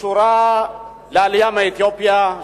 שקשורה לעלייה מאתיופיה,